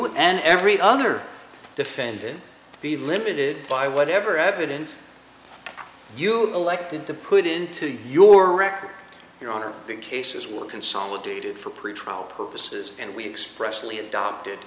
and every other defended be limited by whatever evidence you elected to put into your record your honor the cases were consolidated for pretrial purposes and we expressly adopted